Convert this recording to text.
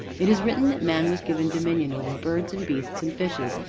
it is written that man was given dominion over birds and beasts and fishes,